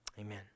Amen